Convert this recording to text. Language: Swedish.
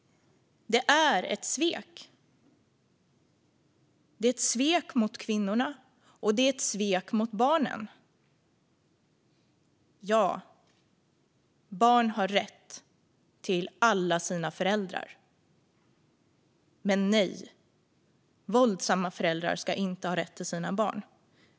Det är ett svek. Det är ett svek mot kvinnorna, och det är ett svek mot barnen. Ja, barn har rätt till alla sina föräldrar. Men nej, våldsamma föräldrar ska inte ha rätt till sina barn.